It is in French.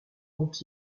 dont